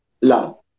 love